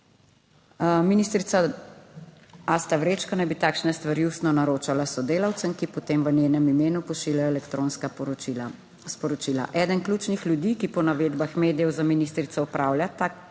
Ministrica Asta Vrečko naj bi takšne stvari ustno naročala sodelavcem, ki potem v njenem imenu pošiljajo elektronska sporočila. Eden ključnih ljudi, ki po navedbah medijev za ministrico opravlja